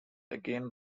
again